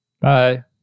Bye